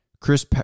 Chris